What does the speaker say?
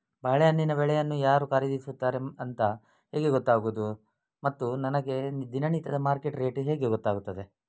ಬಾಳೆಹಣ್ಣಿನ ಬೆಳೆಯನ್ನು ಯಾರು ಖರೀದಿಸುತ್ತಾರೆ ಅಂತ ಹೇಗೆ ಗೊತ್ತಾಗುವುದು ಮತ್ತು ನನಗೆ ದಿನನಿತ್ಯದ ಮಾರ್ಕೆಟ್ ರೇಟ್ ಹೇಗೆ ಗೊತ್ತಾಗುತ್ತದೆ?